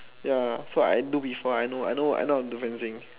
ya for I do before I know I know how to do fencing